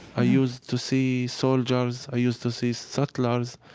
i used to see soldiers. i used to see settlers.